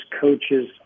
coaches